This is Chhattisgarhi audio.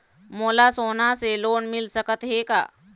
मोला सोना से लोन मिल सकत हे का?